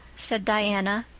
said diana.